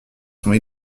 sont